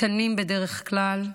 קטנים בדרך כלל.